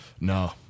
No